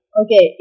okay